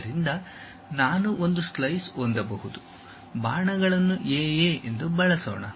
ಆದ್ದರಿಂದ ನಾನು ಒಂದು ಸ್ಲೈಸ್ ಹೊಂದಬಹುದು ಬಾಣಗಳನ್ನು ಎ ಎ ಬಳಸೋಣ